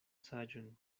saĝon